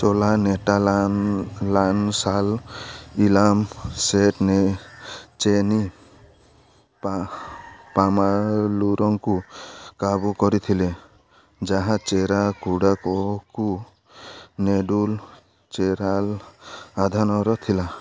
ଚୋଲା ନେଟାଲାନ ଲାନସାଲ ଇଲାମ ସେଟନେ ଚେନି ପାମାଲୁରଙ୍କୁ କାବୁ କରିଥିଲେ ଯାହା ଚେରା କୁଡ଼ାକୋକୁ ନେଡ଼ୁଲ ଚେରାଲ ଆଧାନର ଥିଲା